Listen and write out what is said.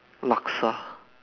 laksa